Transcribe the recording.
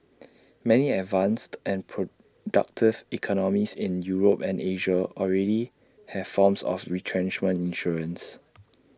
many advanced and productive economies in Europe and Asia already have forms of retrenchment insurance